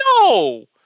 No